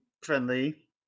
friendly